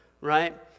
right